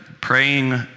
praying